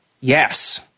Yes